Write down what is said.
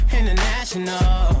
International